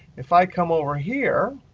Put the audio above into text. if i come over here,